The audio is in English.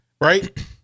Right